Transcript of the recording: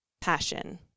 passion